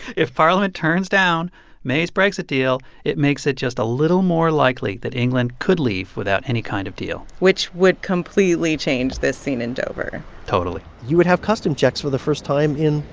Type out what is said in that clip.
if parliament turns down may's brexit deal, it makes it just a little more likely that england could leave without any kind of deal which would completely change this scene in dover totally you would have custom checks for the first time in,